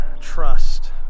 trust